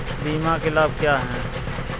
बीमा के लाभ क्या हैं?